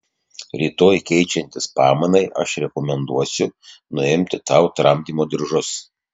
rytoj keičiantis pamainai aš rekomenduosiu nuimti tau tramdymo diržus